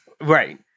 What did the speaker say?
Right